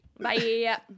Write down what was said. Bye